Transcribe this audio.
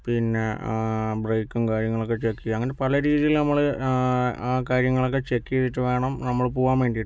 പിന്നെ ബ്രേക്കും കാര്യങ്ങളും ഒക്കെ ചെക്കെയുക അങ്ങനെ പല രീതീല് നമ്മള് ആ കാര്യങ്ങളൊക്കെ ചെക്ക് ചെയ്തിട്ടു വേണം നമ്മള് പോകാൻ വേണ്ടിട്ട്